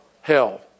hell